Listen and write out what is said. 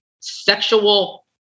sexual